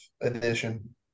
edition